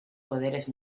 poderes